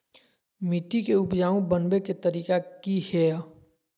मिट्टी के उपजाऊ बनबे के तरिका की हेय?